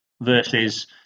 versus